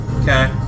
Okay